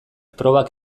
probak